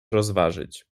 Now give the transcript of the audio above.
rozważyć